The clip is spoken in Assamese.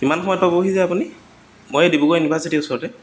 কিমান সময়ত পাবহি যে আপুনি মই এই ডিব্ৰুগড় ইউনিভাৰ্চিটিৰ ওচৰতে